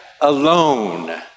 alone